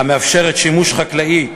המאפשרת שימוש חקלאי,